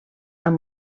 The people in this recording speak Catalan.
amb